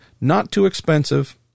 not-too-expensive